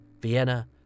Vienna